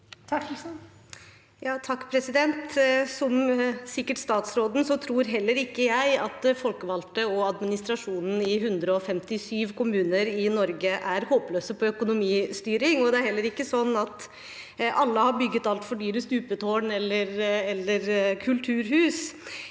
(R) Som sikkert statsråden også tror heller ikke jeg at folkevalgte og administrasjonen i 157 kommuner i Norge er håpløse på økonomistyring, og det er heller ikke sånn at alle har bygd altfor dyre stupetårn eller kulturhus.